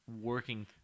working